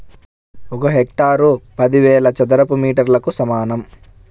ఒక హెక్టారు పదివేల చదరపు మీటర్లకు సమానం